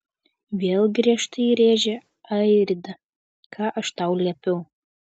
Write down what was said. vėl griežtai rėžė airida ką aš tau liepiau